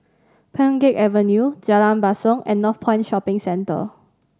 Pheng Geck Avenue Jalan Basong and Northpoint Shopping Centre